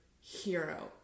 hero